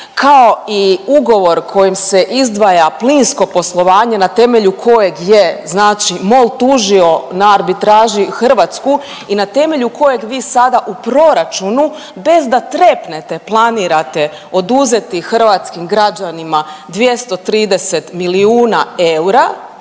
kao i ugovor kojim se izdvaja plinsko poslovanje na temelju kojeg je znači MOL tužio na arbitraži Hrvatsku i na temelju kojeg vi sada u proračunu bez da trepnete planirate oduzeti hrvatskim građanima 230 milijuna eura